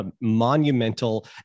monumental